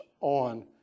on